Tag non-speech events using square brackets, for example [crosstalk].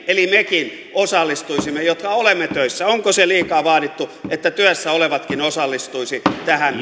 eli mekin osallistuisimme jotka olemme töissä onko se liikaa vaadittu että työssä olevatkin osallistuisivat tähän [unintelligible]